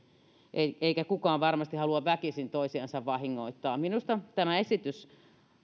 eikä kukaan varmasti halua väkisin toisiansa vahingoittaa minusta tämä esitys